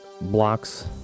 blocks